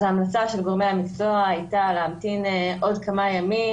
אז ההמלצה של גורמי המקצוע הייתה להמתין עוד כמה ימים.